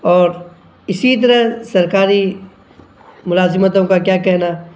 اور اسی طرح سرکاری ملازمتوں کا کیا کہنا